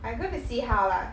I'm going to see how lah